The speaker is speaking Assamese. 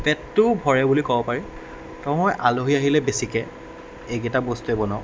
পেটটোও ভৰে বুলি ক'ব পাৰি তো মই আলহী আহিলে বেছিকৈ এইকেইটা বস্তুৱেই বনাওঁ